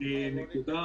נקודה